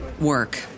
work